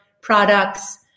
products